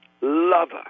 lover